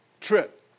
trip